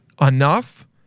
enough